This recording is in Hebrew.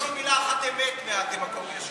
עוד לא הצלחת להוציא מילה אחת אמת מהדמגוגיה שלך.